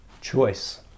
Choice